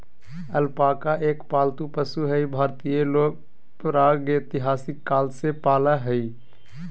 alpaca एक पालतू पशु हई भारतीय लोग प्रागेतिहासिक काल से पालय हई